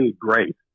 great